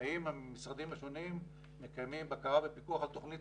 האם המשרדים השונים מקיימים בקרה ופיקוח על תוכנית